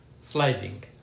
Sliding